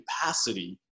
capacity